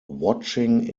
watching